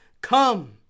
Come